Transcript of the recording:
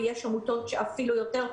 ויש עמותות שאפילו יותר,